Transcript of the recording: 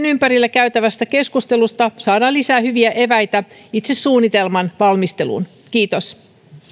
ympärillä käytävästä keskustelusta saadaan lisää hyviä eväitä itse suunnitelman valmisteluun kiitos